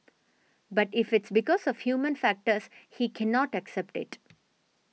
but if it's because of human factors he cannot accept it